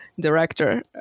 director